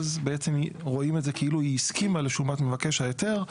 אז בעצם רואים את זה כאילו היא הסכימה לשומת מבקש ההיתר,